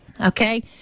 okay